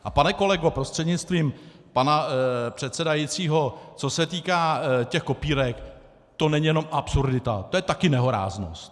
A pane kolego prostřednictvím pana předsedajícího, co se týká těch kopírek, to není jenom absurdita, to je taky nehoráznost.